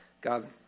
God